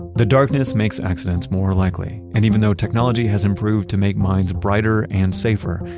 the darkness makes accidents more likely and even though technology has improved to make mines brighter and safer,